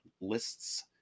lists